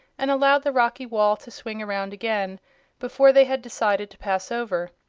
and allowed the rocky wall to swing around again before they had decided to pass over.